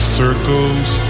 circles